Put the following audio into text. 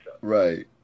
Right